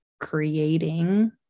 creating